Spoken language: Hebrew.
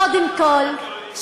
קודם כול,